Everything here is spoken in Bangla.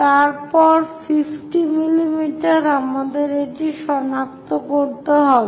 তারপর 50 mm আমাদের এটি সনাক্ত করতে হবে